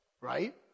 right